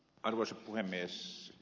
arvoisa puhemies